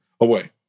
away